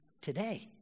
today